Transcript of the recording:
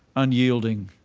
unyielding,